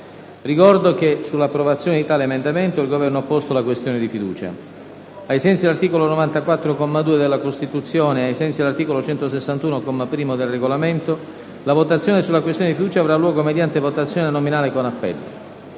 Ricordo che sull'approvazione di tale emendamento il Governo ha posto la questione di fiducia. Ai sensi dell'articolo 94, secondo comma, della Costituzione e ai sensi dell'articolo 161, comma 1, del Regolamento, la votazione sulla questione di fiducia avrà luogo mediante votazione nominale con appello.